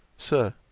sir,